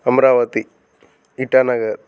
Amaravati Itanagar